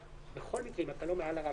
בכל מקרה רק מעל הרף